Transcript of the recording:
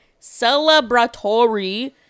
celebratory